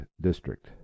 district